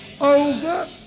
over